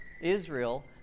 Israel